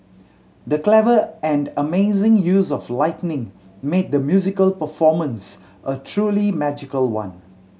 the clever and amazing use of lighting made the musical performance a truly magical one